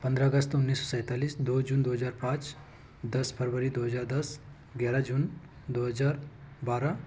पंद्रह अगस्त उन्नीस सौ सैंतालीस दो जून दो हज़ार पाँच दस फरबरी दो हज़ार दस ग्यारह जून दो हज़ार बारह